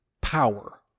power